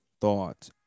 thought